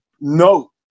No